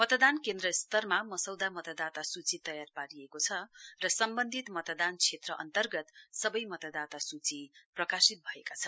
मतदान केन्द्र स्तरमा मसौदा मतदाता सूची तयार पारिएको छ र सम्बन्धित मतदान क्षेत्र अन्तर्गत सबै मतदाता स्ची प्रकाशित भएका छन्